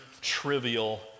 trivial